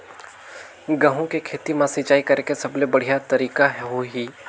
गंहू के खेती मां सिंचाई करेके सबले बढ़िया तरीका होही?